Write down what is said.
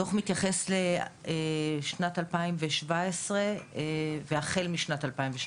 הדו"ח מתייחס לשנת 2017 והחל משנת 2017,